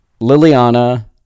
Liliana